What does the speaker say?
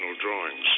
drawings